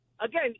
again